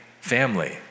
family